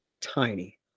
tiny